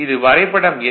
இது வரைபடம் எண்